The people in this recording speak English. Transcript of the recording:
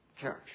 church